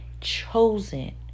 chosen